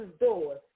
doors